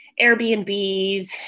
Airbnbs